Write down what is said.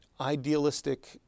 idealistic